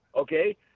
okay